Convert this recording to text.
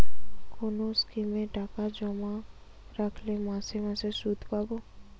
কোন স্কিমে টাকা জমা রাখলে মাসে মাসে সুদ পাব?